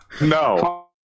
No